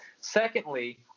Secondly